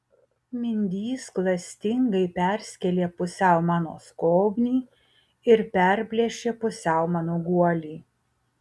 mindys klastingai perskėlė pusiau mano skobnį ir perplėšė pusiau mano guolį